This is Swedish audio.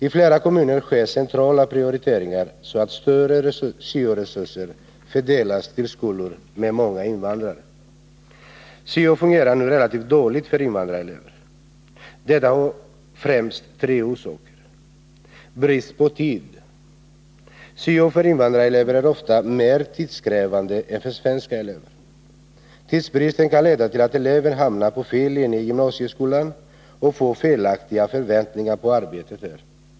I flera kommuner sker centrala prioriteringar så att större syo-resurser fördelas till skolor med många invandrare. Syo fungerar nu relativt dåligt för invandrarelever. Detta har främst tre orsaker. Det är brist på tid. Syo för invandrarelever är ofta mer tidskrävande än för svenska elever. Tidsbristen kan leda till att eleven hamnar på fel linje i gymnasieskolan och får felaktiga förväntningar på arbetet där.